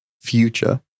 future